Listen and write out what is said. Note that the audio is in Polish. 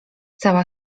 cała